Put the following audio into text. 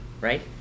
right